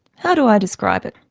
how do i describe it?